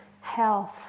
health